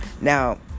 Now